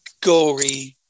gory